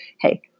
hey